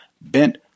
bent